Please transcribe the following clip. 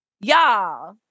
y'all